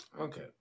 Okay